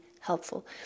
helpful